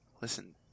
listen